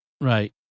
Right